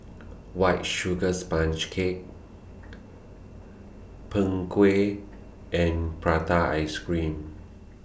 White Sugar Sponge Cake Png Kueh and Prata Ice Cream